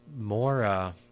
more